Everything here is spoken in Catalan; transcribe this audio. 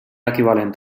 equivalent